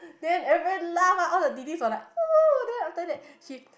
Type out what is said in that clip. then everybody laugh lah all the D_Ds was like oh then after that she